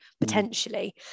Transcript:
potentially